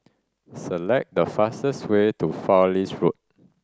select the fastest way to Fowlie Road